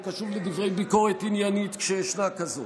אני קשוב לדברי ביקורת עניינית כשיש כזאת,